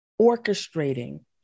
orchestrating